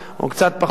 או קצת פחות,